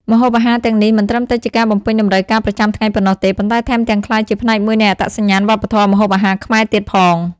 ម្ហូបអាហារទាំងនេះមិនត្រឹមតែជាការបំពេញតម្រូវការប្រចាំថ្ងៃប៉ុណ្ណោះទេ ប៉ុន្តែថែមទាំងក្លាយជាផ្នែកមួយនៃអត្តសញ្ញាណវប្បធម៌ម្ហូបអាហារខ្មែរទៀតផង។